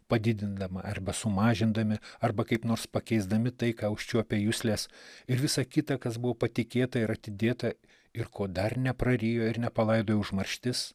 padidindama arba sumažindami arba kaip nors pakeisdami tai ką užčiuopia juslės ir visa kita kas buvo patikėta ir atidėta ir ko dar neprarijo ir nepalaidojo užmarštis